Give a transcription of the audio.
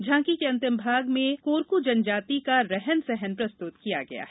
झांकी के अंतिम भाग में कोरकू जनजाति का रहन सहन प्रस्तुत किया गया है